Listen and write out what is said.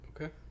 Okay